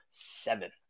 seven